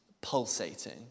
pulsating